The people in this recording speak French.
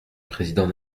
président